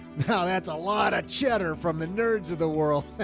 ah that's a lot of cheddar from the nerds of the world.